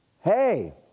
hey